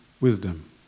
wisdom